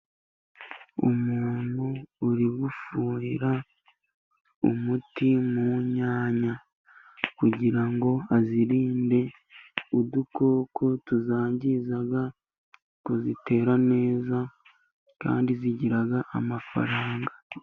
Umuntu uri gufuhira umuti mu nyanya kugira ngo azirinde udukoko tuzangiza, ngo zitera neza, kandi zigira amafaranga.